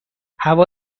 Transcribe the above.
هوا